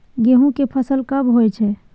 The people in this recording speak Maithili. गेहूं के फसल कब होय छै?